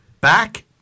back –